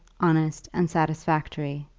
honest, and satisfactory,